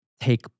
take